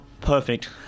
Perfect